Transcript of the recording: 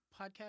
podcast